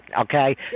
Okay